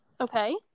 Okay